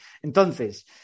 Entonces